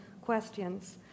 questions